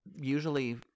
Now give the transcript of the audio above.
Usually